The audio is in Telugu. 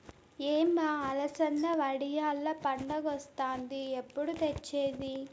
ఏం బా అలసంద వడియాల్ల పండగొస్తాంది ఎప్పుడు తెచ్చేది